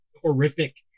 horrific